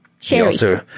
Cherry